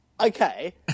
okay